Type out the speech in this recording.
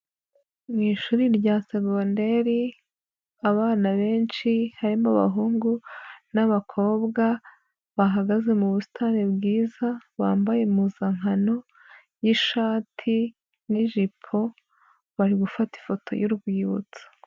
Mu ishuri rya segonderi abana benshi harimo abahungu n'abakobwa, bahagaze mu busitani bwiza bambaye impuzankano y'ishati n'ijipo bari gufata ifoto y'urwibutso.